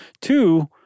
Two